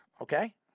okay